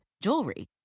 jewelry